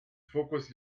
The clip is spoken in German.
fokus